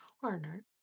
corner